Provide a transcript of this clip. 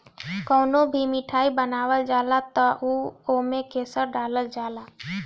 कवनो भी मिठाई बनावल जाला तअ ओमे केसर डालल जाला